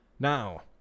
Now